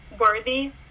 worthy